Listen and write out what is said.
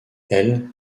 elle